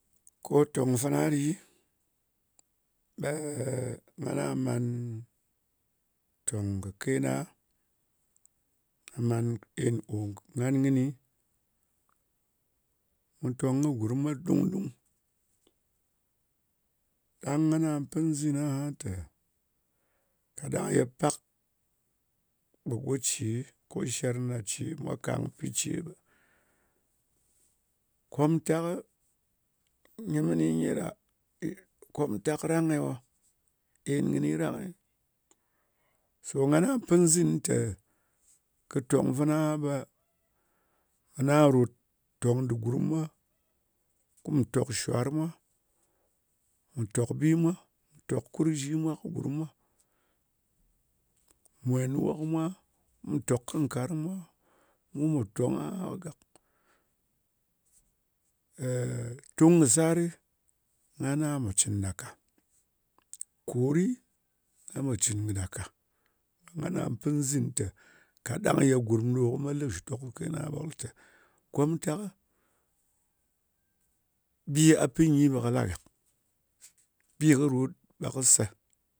Ko tòng fana ɗi, ɓe, ɓe ngana man tòng mɨ kena. Nga man en kò ngan kɨni. Mu tong kɨ gurm mwa dung-dung ɗang ngana pɨn nzin aha tè, kaɗang ye pak ɓe go ce, ko sher na ce, mwa kang, ɓe ce ɓe komtakɨ nyi mɨni nyet ɗa? Komtak rang-e wo? En kɨni rang-e? So ngana pɨn nzin tè, kɨ tong fana aha ɓe ngana ròt tong dɨ gurm mwa, kùm tòk shwar mwa, mù tok bi mwa. Hurkunzhi mwa kɨ gurm mwa. Mù mwen wok mwa, mù tòk kɨ nkarng mwa. Mu pò tong aha gàk. Tung kɨ sarɨ, ngana pò cɨn ɗa ka. Korɨ, nga pò cɨn kɨ ɗa ka. Ngana pɨn nzin tè kaɗang ye gurm ɗò kɨ me lɨ kɨ shitok ka kena, ɓe kɨ lɨ te, komtakɨ bì gha pɨ nyi ɓe kɨ la gàk. Bi kɨ rot ɓe kɨ sē.